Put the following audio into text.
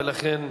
ולכן,